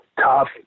tough